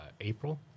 April